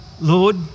Lord